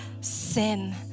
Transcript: sin